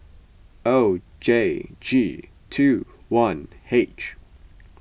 O J G two one H